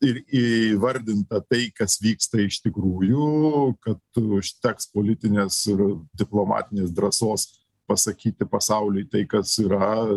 ir įvardinta tai kas vyksta iš tikrųjų kad užteks politinės ir diplomatinės drąsos pasakyti pasauliui tai kas yra